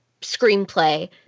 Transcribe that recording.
Screenplay